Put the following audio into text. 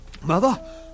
Mother